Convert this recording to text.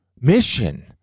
mission